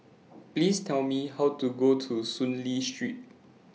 Please Tell Me How to Go to Soon Lee Street